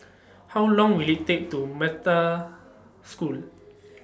How Long Will IT Take to Metta School